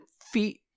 feet